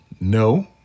No